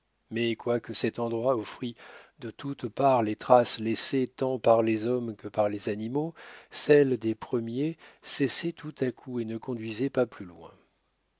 mais quoique cet endroit offrît de toutes parts les traces laissées tant par les hommes que par les animaux celles des premiers cessaient tout à coup et ne conduisaient pas plus loin